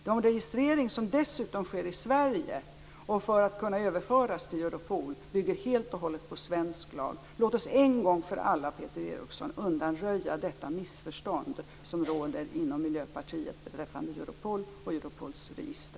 Den registrering som sker i Sverige för överföring till Europol bygger helt och hållet på svensk lag. Låt oss en gång för alla, Peter Eriksson, undanröja detta missförstånd som råder inom Miljöpartiet beträffande